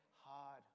hard